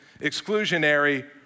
exclusionary